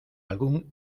algún